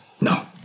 No